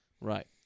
Right